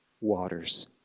waters